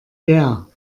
der